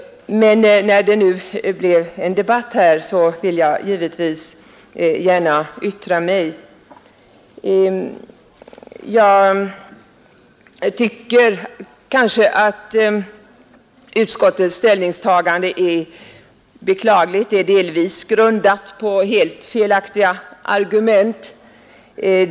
Men när det nu blev en debatt, så vill jag givetvis gärna yttra mig. Jag tycker att utskottets ställningstagande är beklagligt. Utskottets ställningstagande är delvis grundat på felaktiga argument.